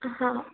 हा